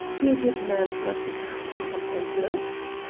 your goodman's not the ass he sometimes looks.